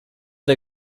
der